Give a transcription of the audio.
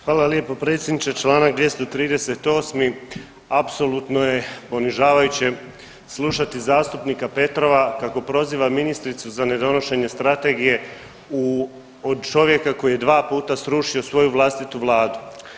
Hvala lijepo predsjedniče, čl. 238. apsolutno je ponižavajuće slušati zastupnika Petrova kako proziva ministricu za ne donošenje strategije u, od čovjeka koji je dva puta srušio svoju vlastitu vladu.